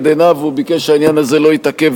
עיניו והוא ביקש שהעניין הזה לא יתעכב,